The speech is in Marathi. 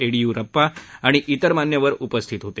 येडीयुरप्पा आणि त्रिर मान्यवर उपस्थित होते